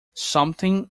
something